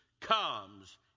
comes